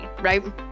right